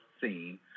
seen